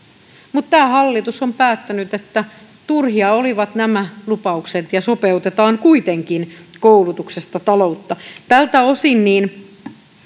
mutta tämä hallitus on päättänyt että turhia olivat nämä lupaukset ja sopeutetaan kuitenkin koulutuksesta taloutta tältä osin